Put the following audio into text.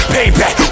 Payback